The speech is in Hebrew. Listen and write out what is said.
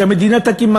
שהמדינה תקים,